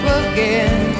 again